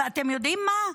ואתם יודעים מה?